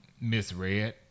misread